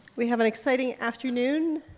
we have an exciting afternoon,